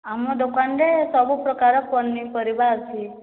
ଆମ ଦୋକାନରେ ସବୁ ପ୍ରକାର ପନିପରିବା ଅଛି